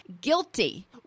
guilty